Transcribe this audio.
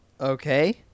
okay